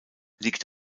liegt